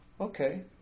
Okay